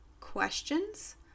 questions